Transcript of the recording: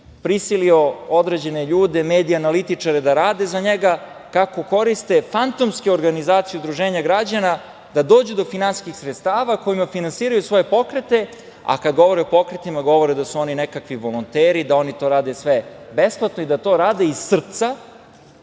prisilio određene ljude, medije analitičare da rade za njega, koriste fantomske organizacije, udruženja građana da dođu do finansijskih sredstava kojima finansiraju svoje pokrete, a kada govore o pokretima, govore da su oni nekakvi volonteri, da oni to rade sve besplatno i da to rade iz srca,